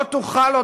לא תוכל עוד,